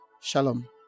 Shalom